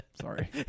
Sorry